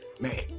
man